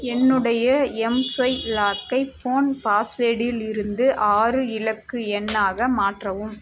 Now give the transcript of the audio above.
என்னுடைய எம்ஸ்வைப் லாக்கை ஃபோன் பாஸ்வேடிலிருந்து ஆறு இலக்கு எண்ணாக மாற்றவும்